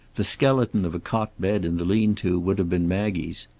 the skeleton of a cot bed in the lean-to would have been maggie's.